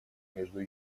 между